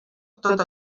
tot